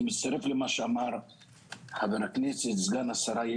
אני מצטרף לדבריו של סגן השרה,